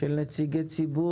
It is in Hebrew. למה שלא יהיה נציג ציבור?